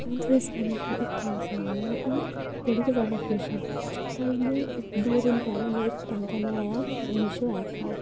में तुसें सारे गी इक गल्ल सनान्नी आं अ'ऊं बडी गै ज्यादा खुश आं कल दो दिन पैहले में इक लैहंगा मंगोाआएआ मिशो ऐप उप्परा